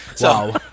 Wow